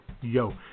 yo